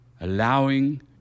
Allowing